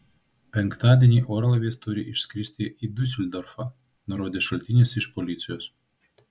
penktadienį orlaivis turi išskristi į diuseldorfą nurodė šaltinis iš policijos